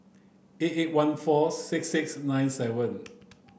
eight eight one four six six nine seven